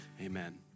amen